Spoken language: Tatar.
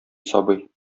сабый